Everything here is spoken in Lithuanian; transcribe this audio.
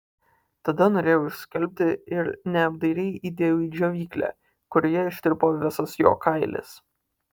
tada norėjau išskalbti ir neapdairiai įdėjau į džiovyklę kurioje ištirpo visas jo kailis